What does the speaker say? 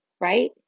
right